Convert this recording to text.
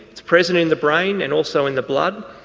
it's present in the brain and also in the blood.